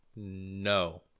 No